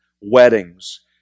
weddings